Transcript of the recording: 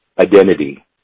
identity